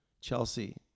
Chelsea